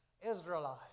Israelite